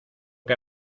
que